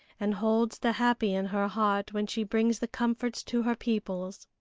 and holds the happy in her heart when she brings the comforts to her peoples.